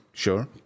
Sure